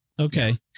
Okay